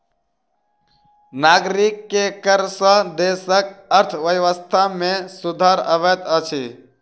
नागरिक के कर सॅ देसक अर्थव्यवस्था में सुधार अबैत अछि